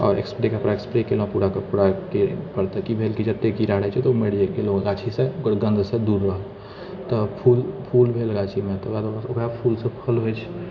आओर स्प्रे केलहुँ पूराके पूराके पेड़ पर तऽ की भेल जतेक कीड़ा रहैत छै ओ तऽ मरि गेल ओ गाछीसँ ओकर गन्धसँ दूर रहल तऽ फूल फूल भेल गाछीमे तकर बाद ओकरा फूलसँ खोलबैत छियै